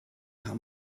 how